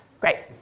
Great